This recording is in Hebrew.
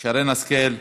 שרן השכל,